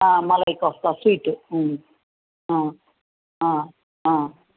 malai kofta sweet